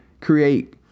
create